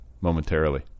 momentarily